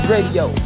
Radio